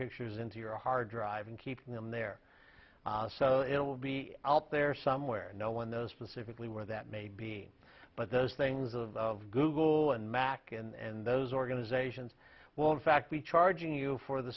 pictures into your hard drive and keeping them there so it will be out there somewhere no one knows specifically where that may be but those things of google and mac and those organizations well in fact be charging you for the